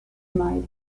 miles